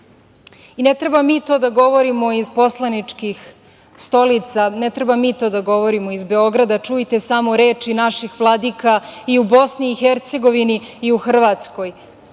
I ne treba mi to da govorimo iz poslaničkih stolica, ne treba mi to da govorimo iz Beograda, čujte samo reči naših vladika i u BiH i u Hrvatskoj.